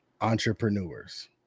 entrepreneurs